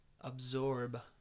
absorb